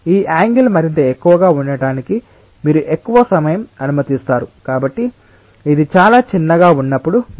ఈ shear deformation ఎలా లెక్కించబడుతుంది ఈ Δθ యాంగిల్ ద్వారా ఇది లెక్కించబడుతుంది